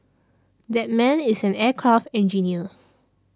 that man is an aircraft engineer